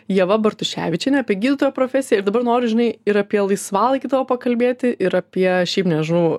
ieva bartuševičiene apie gydytojo profesiją ir dabar noriu žinai ir apie laisvalaikį tavo pakalbėti ir apie šiaip nežinau